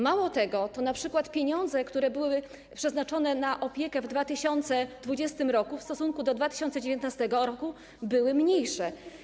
Mało tego, np. pieniądze, które były przeznaczone na opiekę w 2020 r., w stosunku do 2019 r. były mniejsze.